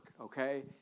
okay